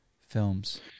films